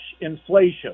inflation